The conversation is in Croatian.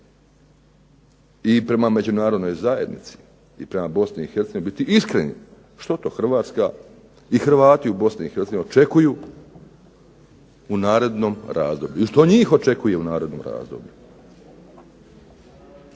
i prema međunarodnoj zajednici, i prema Bosni i Hercegovini biti iskreni što to Hrvatska i Hrvati u Bosni i Hercegovini očekuju u narednom razdoblju, i što njih očekuje u narednom razdoblju.